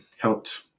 helped